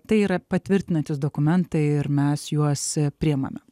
tai yra patvirtinantys dokumentai ir mes juos priimame